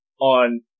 on